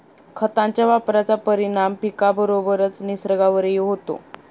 खतांच्या वापराचा परिणाम पिकाबरोबरच निसर्गावरही होतो